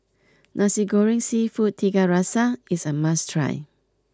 Nasi Goreng Seafood Tiga Rasa is a must try